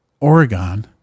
Oregon